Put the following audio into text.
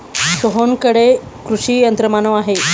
सोहनकडे कृषी यंत्रमानव आहे